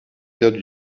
terres